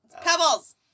Pebbles